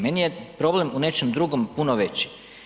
Meni je problem u nečem drugom puno veći.